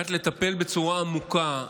לטפל בצורה עמוקה,